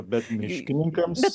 bet miškininkams